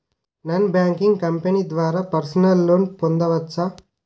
Non banking company ద్వారా personal loan పొందవచ్చా?